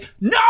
No